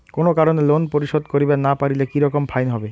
কোনো কারণে লোন পরিশোধ করিবার না পারিলে কি রকম ফাইন হবে?